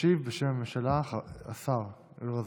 ישיב בשם הממשלה השר יואל רזבוזוב.